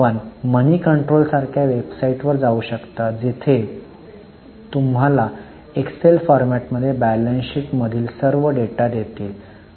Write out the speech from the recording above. आपण Moneycontrol सारख्या वेबसाइटवर जाऊ शकता जिथे ते तुम्हाला एक्सेल फॉर्मेटमध्ये बॅलन्स शीट मधील सर्व डेटा देतील